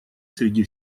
среди